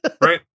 right